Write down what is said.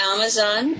Amazon